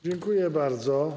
Dziękuję bardzo.